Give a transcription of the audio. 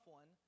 one